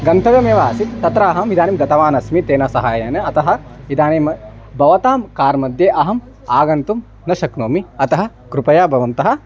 गन्तव्यमेव आसीत् तत्र अहम् इदानीं गतवान् अस्मि तेन सहायेन अतः इदानीं भवतां कार् मध्ये अहम् आगन्तुं न शक्नोमि अतः कृपया भवन्तः